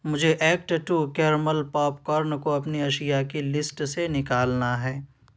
مجھے act two caramel popcorn کو اپنی اشیا کی لسٹ سے نکالنا ہے